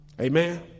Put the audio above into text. Amen